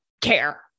care